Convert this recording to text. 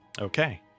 Okay